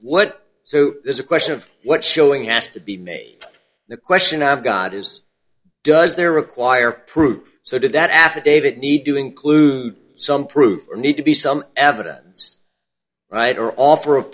what so there's a question of what showing has to be made the question i've got is does there require proof so did that affidavit need to include some proof or need to be some evidence right or offer of